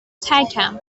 تکم